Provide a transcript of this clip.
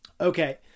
Okay